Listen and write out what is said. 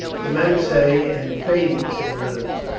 the men say, and fading, said reynolds.